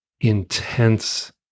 intense